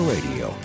Radio